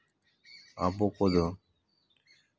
ᱟᱵᱚ ᱠᱚᱫᱚ